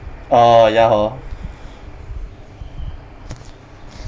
orh ya hor